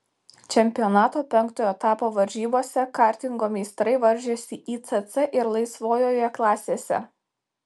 čempionato penktojo etapo varžybose kartingo meistrai varžėsi icc ir laisvojoje klasėse